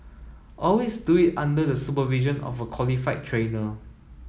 always do it under the supervision of a qualified trainer